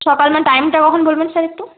সকাল মানে টাইমটা কখন বলবেন স্যার একটু